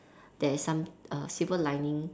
there is some err silver lining